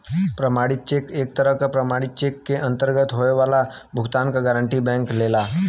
प्रमाणित चेक एक तरह क प्रमाणित चेक के अंतर्गत होये वाला भुगतान क गारंटी बैंक लेला